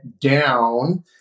down